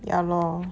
ya lor